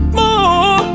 more